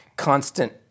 constant